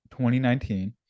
2019